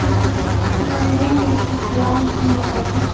मंदिर मंदिर में सितला माता के